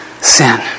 sin